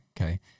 Okay